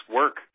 work